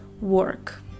work